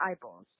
eyeballs